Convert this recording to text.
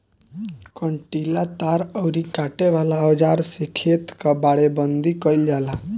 कंटीला तार अउरी काटे वाला औज़ार से खेत कअ बाड़ेबंदी कइल जाला